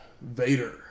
Vader